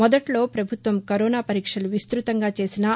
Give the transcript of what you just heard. మొదట్లో పభుత్వం కరోనా పరీక్షలు విస్తృతంగా చేసినా